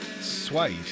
Suede